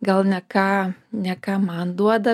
gal ne ką ne ką man duoda